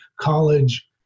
college